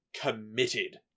committed